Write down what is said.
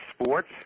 sports